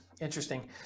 interesting